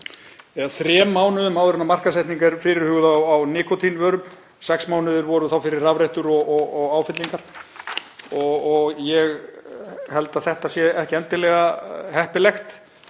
eða þrem mánuðum áður en markaðssetning er fyrirhuguð á nikótínvörum. Sex mánuðir eru þá fyrir rafrettur og áfyllingar. Ég held að þetta sé ekki endilega heppilegt